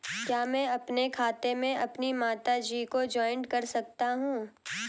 क्या मैं अपने खाते में अपनी माता जी को जॉइंट कर सकता हूँ?